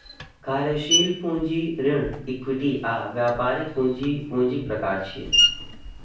कार्यशील पूंजी, ऋण, इक्विटी आ व्यापारिक पूंजी पूंजीक प्रकार छियै